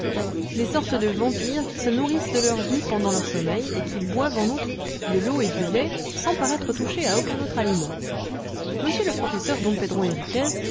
des sortes de vampires qui se nourrissent de leur vie pendant leur sommeil et qui boivent en outre de l'eau et du lait sans paraître toucher à aucun autre aliment m le professeur don pedro